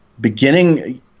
beginning